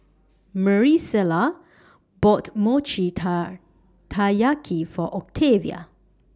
Maricela bought Mochi Tai Taiyaki For Octavia